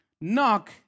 Knock